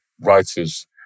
writers